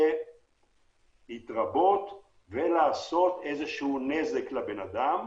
להתרבות ולגרום איזשהו נזק לאדם.